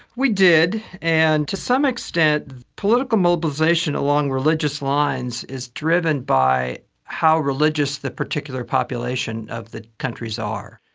we did, and to some extent political mobilisation along religious lines is driven by how religious the particular population of the countries are.